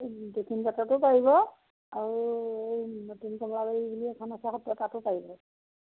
দক্ষিণপাটতো পাৰিব আৰু এই নতুন কমলাবাৰী বুলি এখন আছে সত্ৰ তাতো পাৰিব